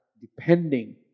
depending